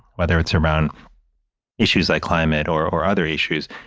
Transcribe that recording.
whether it's around issues like climate or or other issues,